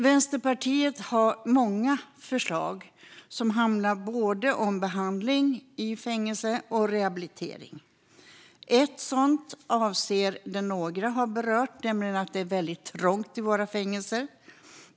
Vänsterpartiet har många förslag som handlar om både behandling i fängelse och rehabilitering. Ett sådant avser det som några har berört, nämligen att det är väldigt trångt i våra fängelser.